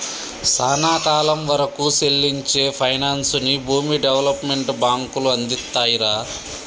సానా కాలం వరకూ సెల్లించే పైనాన్సుని భూమి డెవలప్మెంట్ బాంకులు అందిత్తాయిరా